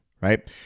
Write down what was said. right